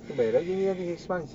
kena bayar lagi another six months